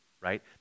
Right